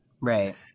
Right